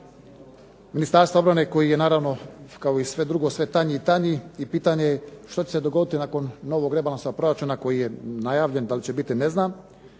Ministarstva obrane koji je naravno kao i sve drugo sve tanji i tanji i pitanje je što će se dogoditi nakon novog rebalansa proračuna koji je najavljen. Da li će biti ne znam